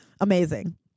Amazing